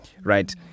Right